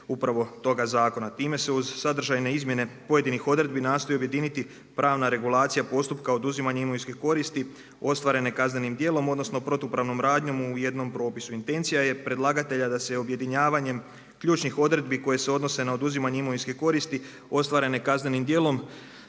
postupku. Time se uz sadržajne izmjene pojedinih odredbi nastoji objediniti pravna regulacija postupka oduzimanja imovinske koristi ostvarene kaznenim djelom odnosno protupravnom radnjom u jednom propisu. Intencija je predlagatelja da se objedinjavanjem ključnih odredbi koje se odnose na oduzimanje imovinske koristi ostvarene kaznenim djelom